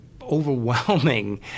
overwhelming